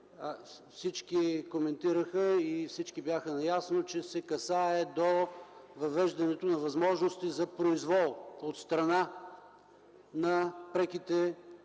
всички коментираха и бяха наясно, че се отнася до въвеждането на възможности за произвол от страна на преките